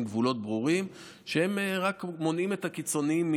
גבולות ברורים שרק מונעים את הקיצונים,